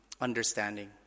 understanding